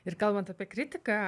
ir kalbant apie kritiką